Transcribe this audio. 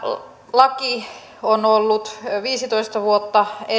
laki on ollut viisitoista vuotta